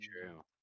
true